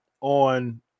on